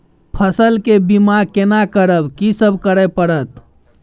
फसल के बीमा केना करब, की सब करय परत?